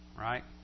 right